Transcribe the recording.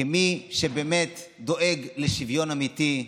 כמי שבאמת דואג לשוויון אמיתי,